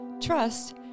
Trust